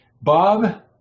Bob